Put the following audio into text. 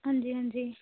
ਹਾਂਜੀ ਹਾਂਜੀ